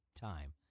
time